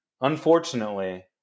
unfortunately